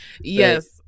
Yes